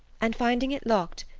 and finding it locked,